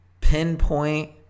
pinpoint